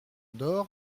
door